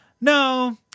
no